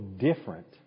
different